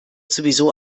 sowieso